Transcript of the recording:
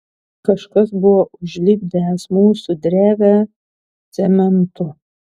kažkas buvo užlipdęs mūsų drevę cementu